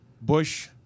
Bush